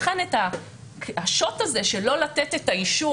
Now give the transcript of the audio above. לכן השוט הזה של לא לתת את האישור,